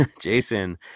Jason